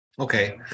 Okay